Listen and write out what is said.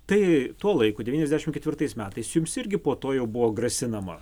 tai tuo laiku devyniasdešimt ketvirtais metais jums irgi po to jau buvo grasinama